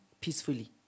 peacefully